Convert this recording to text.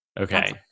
okay